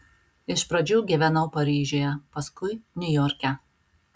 iš pradžių gyvenau paryžiuje paskui niujorke